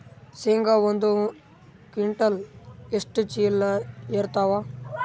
ಶೇಂಗಾ ಒಂದ ಕ್ವಿಂಟಾಲ್ ಎಷ್ಟ ಚೀಲ ಎರತ್ತಾವಾ?